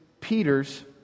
Peter's